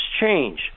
change